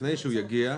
לפני שהוא יגיע,